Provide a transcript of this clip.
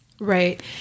Right